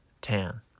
Tan